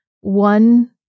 one